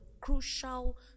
crucial